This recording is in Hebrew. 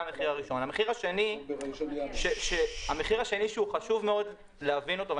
המחיר השני שחשוב מאוד להבין אותו,